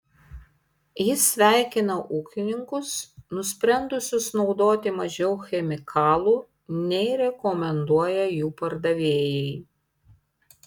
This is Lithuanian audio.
jis sveikina ūkininkus nusprendusius naudoti mažiau chemikalų nei rekomenduoja jų pardavėjai